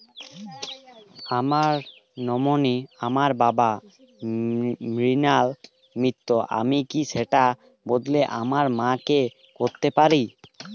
আমার নমিনি আমার বাবা, মৃণাল মিত্র, আমি কি সেটা বদলে আমার মা কে করতে পারি?